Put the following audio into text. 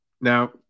Now